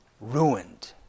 ruined